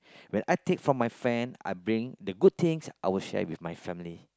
when I take from my friend I bring the good things I will share with my family